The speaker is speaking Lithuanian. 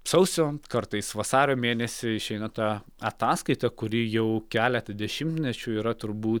sausio kartais vasario mėnesį išeina ta ataskaita kuri jau keletą dešimtmečių yra turbū